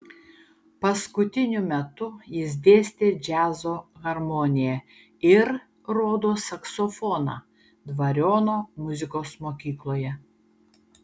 paskutiniu metu jis dėstė džiazo harmoniją ir rodos saksofoną dvariono muzikos mokykloje